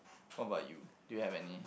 what about you do you have any